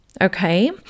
Okay